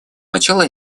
начала